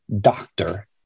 doctor